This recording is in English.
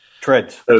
Treads